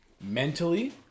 mentally